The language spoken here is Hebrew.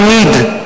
תמיד,